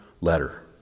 letter